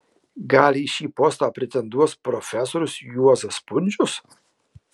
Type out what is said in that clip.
gal į šį postą pretenduos profesorius juozas pundzius